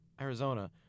Arizona